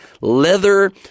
leather